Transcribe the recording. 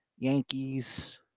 Yankees